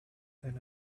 then